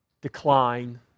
decline